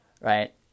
right